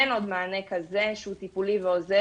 אין עוד מענה כזה שהוא טיפולי ועוזר.